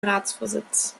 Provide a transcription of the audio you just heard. ratsvorsitz